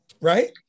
Right